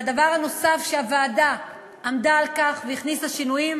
והדבר הנוסף שהוועדה עמדה עליו, והכניסה שינויים,